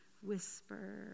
whisper